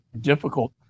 difficult